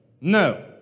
No